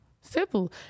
Simple